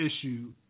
issue